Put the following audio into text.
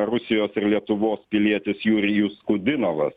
rusijos ir lietuvos pilietis jurijus kudinovas